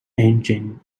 engine